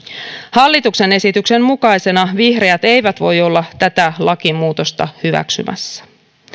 hallituksen esityksen mukaisena vihreät eivät voi olla tätä lakimuutosta hyväksymässä